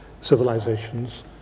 civilizations